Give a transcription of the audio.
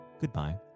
goodbye